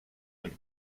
him